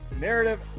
narrative